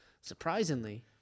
surprisingly